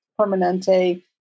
Permanente